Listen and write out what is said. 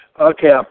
Okay